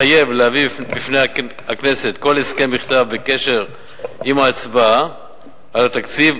המחייב להביא בפני הכנסת כל הסכם בכתב בקשר עם ההצבעה על התקציב,